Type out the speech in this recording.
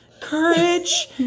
courage